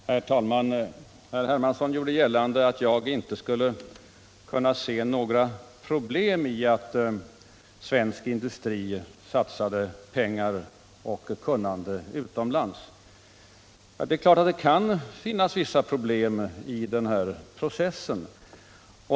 Herr talman! Herr Hermansson gjorde gällande att jag inte skulle se några problem i att svensk industri satsar pengar och kunnande utomlands. Det är klart att det i vissa lägen kan finnas problem i den här processen.